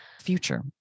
future